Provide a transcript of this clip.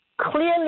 clearly